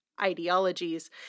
ideologies